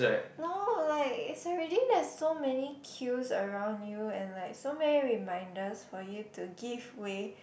no like it's already there's so many queues around you and like so many reminders for you to give way